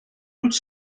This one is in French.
toute